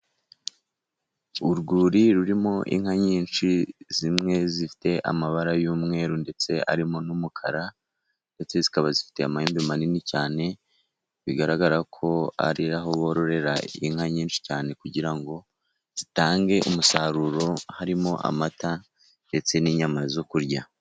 Urwuri rurimo inka nyinshi zimwe zifite amabara y'umweru ndetse arimo n'umukara ndetse zikaba zifite amahembe manini cyane bigaragara ko ari aho bororera inka nyinshi cyane kugira ngo zitange umusaruro harimo amata ndetse n'inyama zo kurya.